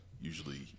usually